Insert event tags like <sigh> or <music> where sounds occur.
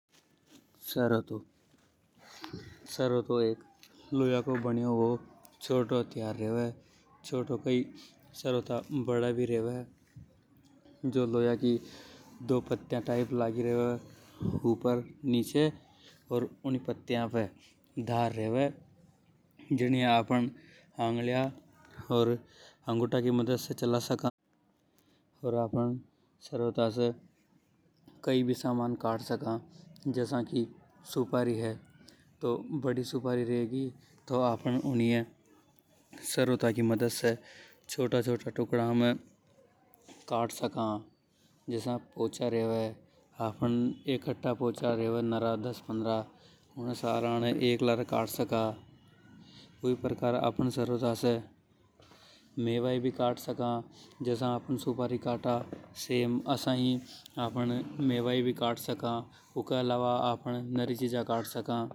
सरोतो, <noise> सरोतो एक लो या को बनियों एक चोटों हथियार रेवे। छोटा कई सरोता बड़ा भी रेवे, जीमे लोया को दो पत्तियां टाइप लागी रेवे। <noise> ऊपर <unintelligible> जीनिये आफ़न अंगुलियों ओर अंगूठा को मदद से चला सका। अर आफ़न सरोता की मदद से कई भी सामान काट सका ,जसा की सुपारी है। तो बड़ी सुपारी रेगी <noise> जीनिये आफ़न छोटा छोटा टुकड़ाण में काट सका। <unintelligible> उन सारा ने लारे काट सका। ऊ ई प्रकार से आफ़न सरोता मेवा ये भी काट सका। जसा आफ़न सुपारी ये काटा सेम मेवा ये भी काट सका। <noise> ऊके अलावा आफ़न नरी चीजा काट सका।